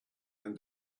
and